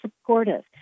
supportive